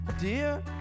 Dear